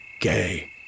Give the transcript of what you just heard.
gay